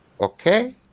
Okay